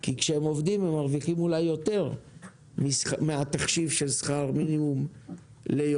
כי כשהם עובדים הם מרוויחים אולי יותר מהתחשיב של שכר מינימום ליום.